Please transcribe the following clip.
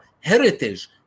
heritage